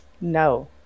No